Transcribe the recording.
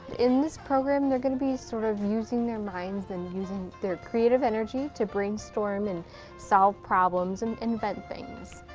in this program they're gonna be sort of using their minds and using their creative energy to brainstorm and solve problems and invent things.